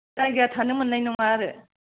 जायगाया थानो मोन्नाय नङा आरो